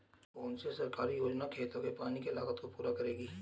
कौन सी सरकारी योजना खेतों के पानी की लागत को पूरा करेगी?